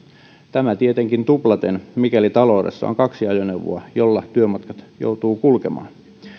tämä tietenkin tuplaten mikäli taloudessa on kaksi ajoneuvoa joilla työmatkat joutuu kulkemaan